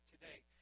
today